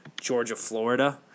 Georgia-Florida